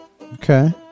Okay